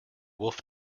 wolf